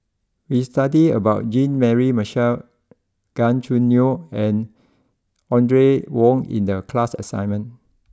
we studied about Jean Mary Marshall Gan Choo Neo and Audrey Wong in the class assignment